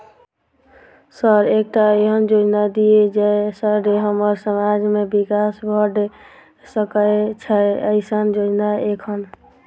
Sir एकटा एहन योजना दिय जै सऽ हम्मर समाज मे विकास भऽ सकै छैय एईसन योजना एखन?